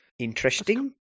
Interesting